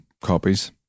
copies